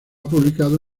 publicado